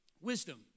wisdom